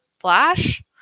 Flash